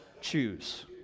choose